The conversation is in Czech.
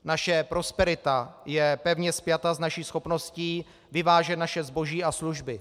Naše prosperita je pevně spjata s naší schopností vyvážet naše zboží a služby.